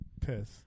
piss